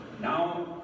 Now